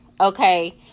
okay